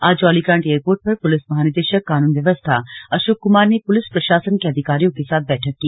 आज जौलीग्रांट एयरपोर्ट पर पुलिस महानिदेशक कानून व्यवस्था अशोक कुमार ने पुलिस प्रशासन के अधिकारियों के साथ बैठक की